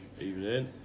Evening